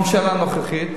הממשלה הנוכחית,